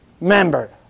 member